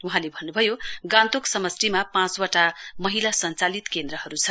वहाँले भन्नुभयो गान्तोक समष्टिमा पाँचवटा महिला सचालित केन्द्रहरू छन्